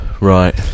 Right